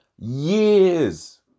years